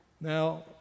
Now